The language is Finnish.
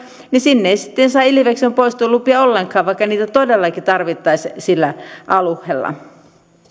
niin sinne ei sitten saa ilveksen poistolupia ollenkaan vaikka niitä todellakin tarvittaisiin sillä alueella